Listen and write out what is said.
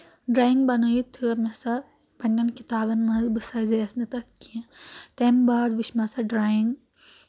drawing بَنٲیِتھ تھٲو مےٚ سۄ پنٕنؠن کِتابَن منٛز بہٕ سازییَس نہٕ تَتھ کینٛہہ تمہِ باد وٕچھ مےٚ سۄ ڈرایِنٛگ